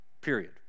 period